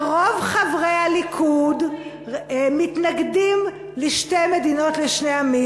ורוב חברי הליכוד מתנגדים לשתי מדינות לשני עמים.